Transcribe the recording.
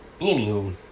Anywho